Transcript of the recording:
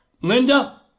Linda